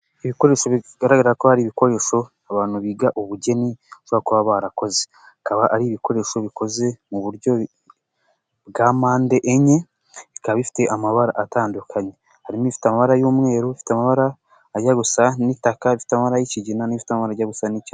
Ibikoresho bigaragara ko hari ibikoresho abantu biga ubugeni bashobora kuba barakoze, bikaba ari ibikoresho bikoze mu buryo bwa mpande enye ,bikaba ifite amabara atandukanye, harimo ibifite amabara y'umweru, ibifite amabara ajya gusa n'itaka bifitemo y'ikigina n'ibifitetanwa ryo busa'icyo